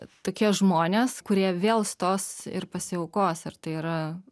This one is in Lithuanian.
tokie žmonės kurie vėl stos ir pasiaukos ir tai yra